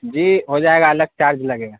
جی ہو جائے گا الگ چارج لگے گا